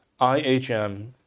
IHM